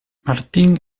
martín